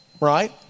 right